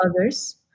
others